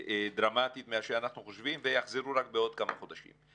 דרמטית ממה שאנחנו חושבים ויחזירו רק בעוד כמה חודשים.